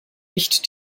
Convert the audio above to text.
nicht